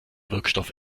wirkstoff